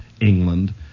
England